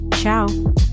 Ciao